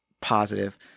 positive